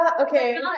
okay